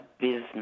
business